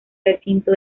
recinto